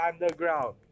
Underground